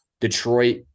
Detroit –